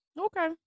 Okay